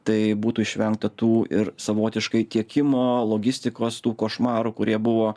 tai būtų išvengta tų ir savotiškai tiekimo logistikos tų košmarų kurie buvo